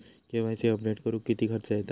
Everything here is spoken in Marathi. के.वाय.सी अपडेट करुक किती खर्च येता?